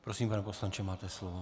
Prosím, pane poslanče, máte slovo.